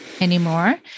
anymore